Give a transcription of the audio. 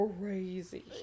crazy